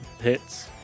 Hits